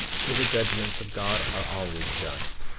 for the judgments of god are always just,